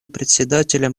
председателем